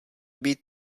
být